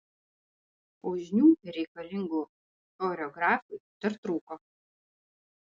o žinių reikalingų choreografui dar trūko